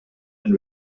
been